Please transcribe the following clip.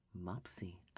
Mopsy